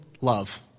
love